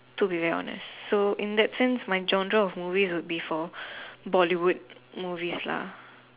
to be very honest so in that sense my genre of movies would be for Bollywood movies lah